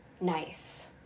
nice